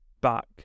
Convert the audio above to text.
back